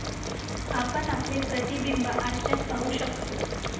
आपण आपले प्रतिबिंब आरशात पाहू शकतो